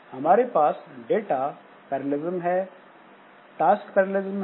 हमारे पास data parallelism है टास्क पैरेललिस्म है